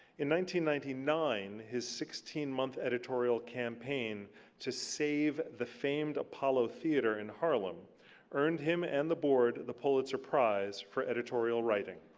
in one thousand nine, his sixteen month editorial campaign to save the famed apollo theater in harlem earned him and the board the pulitzer prize for editorial writing.